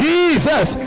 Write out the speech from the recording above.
Jesus